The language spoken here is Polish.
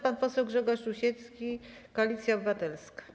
Pan poseł Grzegorz Rusiecki, Koalicja Obywatelska.